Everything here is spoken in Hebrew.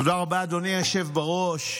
תודה רבה, אדוני היושב-ראש.